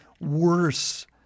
worse